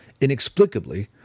inexplicably